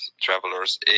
travelers